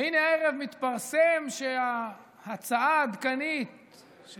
והינה הערב מתפרסם שההצעה העדכנית של